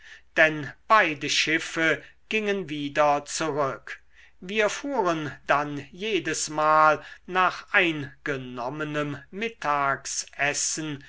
denn beide schiffe gingen wieder zurück wir fuhren dann jedesmal nach eingenommenem mittagsessen